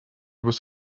was